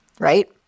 Right